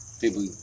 people